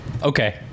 Okay